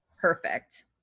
Perfect